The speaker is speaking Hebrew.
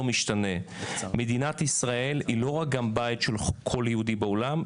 משתנה: מדינת ישראל היא לא רק בית של כל יהודי בעולם,